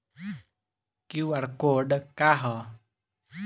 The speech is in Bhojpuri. क्यू.आर कोड का ह?